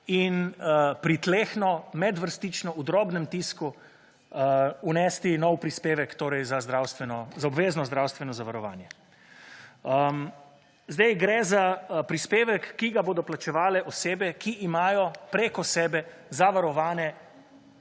in pritlehno, medvrstično, v drobnem tisku vnesti nov prispevek za obvezno zdravstveno zavarovanje. Zdaj, gre za prispevek, ki ga bodo plačevale osebe, ki imajo preko sebe zavarovane